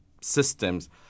systems